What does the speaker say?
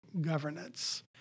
governance